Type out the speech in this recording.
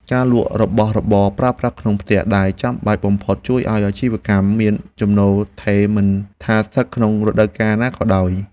ការលក់របស់របរប្រើប្រាស់ក្នុងផ្ទះដែលចាំបាច់បំផុតជួយឱ្យអាជីវកម្មមានចំណូលថេរមិនថាស្ថិតក្នុងរដូវកាលណាក៏ដោយ។